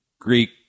Greek